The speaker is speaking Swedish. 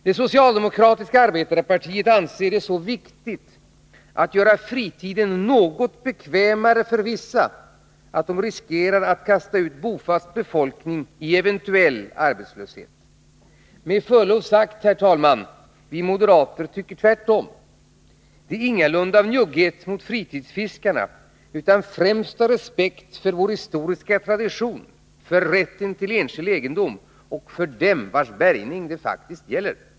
Det socialdemokratiska arbetarpartiet anser det så viktigt att göra fritiden 121 något bekvämare för vissa, att man riskerar att kasta ut bofast befolkning i eventuell arbetslöshet. Med förlov sagt, herr talman: Vi moderater tycker tvärtom! Det är ingalunda av njugghet mot fritidsfiskarna, utan främst av respekt för vår historiska tradition, för rätten till enskild egendom och för dem vilkas bärgning det faktiskt gäller.